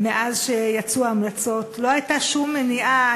מאז שיצאו המלצות, לא הייתה שום מניעה.